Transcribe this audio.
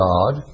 God